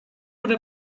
would